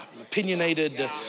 opinionated